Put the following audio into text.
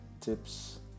tips